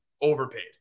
overpaid